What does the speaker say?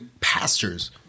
pastors